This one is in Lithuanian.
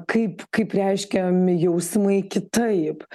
kaip kaip reiškiami jausmai kitaip